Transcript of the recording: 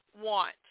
want